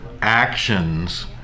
actions